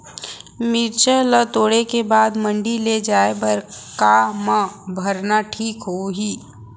मिरचा ला तोड़े के बाद मंडी ले जाए बर का मा भरना ठीक होही?